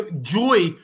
Joy